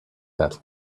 that